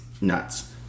nuts